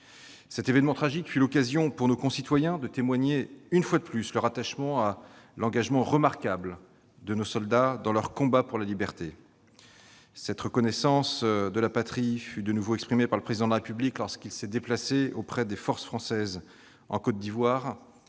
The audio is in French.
Cet événement tragique fut l'occasion pour nos concitoyens de témoigner une fois de plus de leur attachement à l'engagement remarquable de nos soldats dans leur combat pour la liberté. Cette reconnaissance de la patrie a été de nouveau exprimée par le Président de la République lorsqu'il s'est déplacé auprès des forces françaises en Côte d'Ivoire,